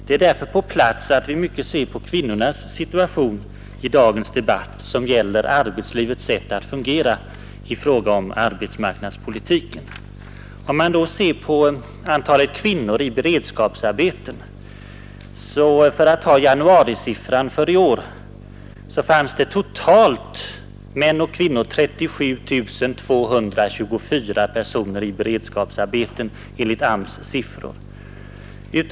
Därför är det på sin plats att vi speciellt ser på kvinnornas situation i denna debatt, som ju gäller arbetsmarknadspolitiken och arbetslivets sätt att fungera. Vi kan först betrakta antalet kvinnor i beredskapsarbeten. I januari i år fanns det enligt AMS totalt 37 224 personer — män och kvinnor — i sådana arbeten.